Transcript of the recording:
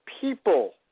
people